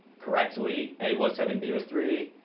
correctly, a was seven, b was three,